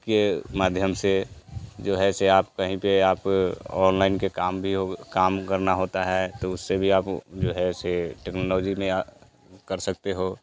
के माध्यम से जो है से आप कहीं पर आप ऑनलाइन के काम भी हो काम करना होता है तो उससे भी आप ऐसे टेक्नोलॉजी में कर सकते हो